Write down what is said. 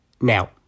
Now